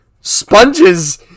sponges